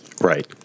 Right